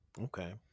Okay